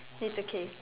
it's okay